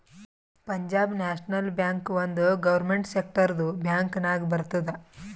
Punjab national bank ಒಂದ್ government ಸೆಕ್ಟರ್ದು bank ನಾಗ್ ಬರ್ತುದ್